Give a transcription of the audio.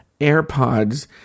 AirPods